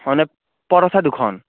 মানে পৰঠা দুখন